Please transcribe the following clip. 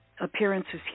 Appearances